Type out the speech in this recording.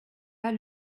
pas